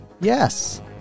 Yes